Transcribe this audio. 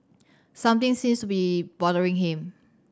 something seems to be bothering him